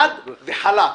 חד וחלק.